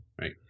right